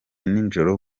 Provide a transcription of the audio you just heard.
nijoro